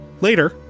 Later